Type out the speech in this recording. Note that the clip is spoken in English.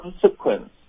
consequence